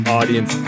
audience